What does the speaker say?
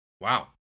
Wow